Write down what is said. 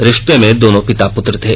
रिष्ते में दोनो पिता पुत्र थे